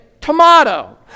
tomato